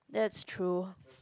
that's true